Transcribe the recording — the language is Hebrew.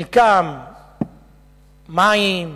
מים,